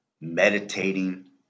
meditating